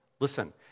listen